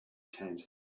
tent